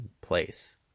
place